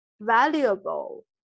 valuable